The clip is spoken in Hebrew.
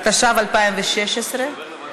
התשע"ו 2016,